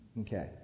Okay